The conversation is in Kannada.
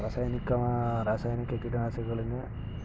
ರಾಸಾಯನಿಕ ರಾಸಾಯನಿಕ ಕೀಟ ನಾಶಕಗಳನ್ನು